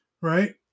right